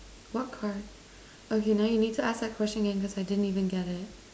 what card okay now you need to ask that question again because I didn't even get it